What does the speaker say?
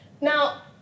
Now